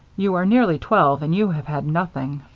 you are nearly twelve and you have had nothing.